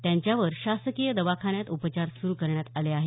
त्यांच्यावर शासकीय दवाखान्यात उपचार सुरू करण्यात आले आहेत